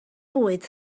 bwyd